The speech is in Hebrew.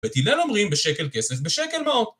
בית הלל אומרים בשקל כסף בשקל מעות